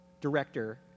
director